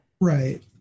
Right